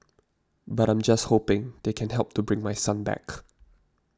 but I'm just hoping they can help to bring my son back